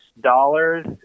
dollars